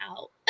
out